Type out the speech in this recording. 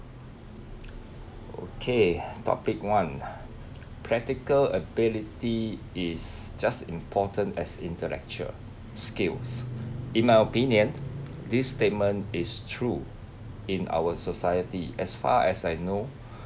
okay topic one practical ability is just as important as intellectual skills in my opinion this statement is true in our society as far as I know